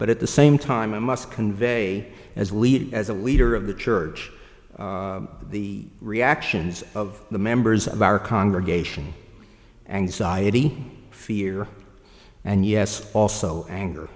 but at the same time i must convey as leader as a leader of the church the reactions of the members of our congregation anxiety fear and yes also anger